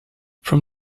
from